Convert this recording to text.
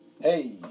Hey